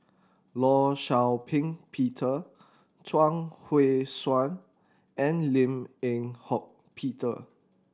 Law Shau Ping Peter Chuang Hui Tsuan and Lim Eng Hock Peter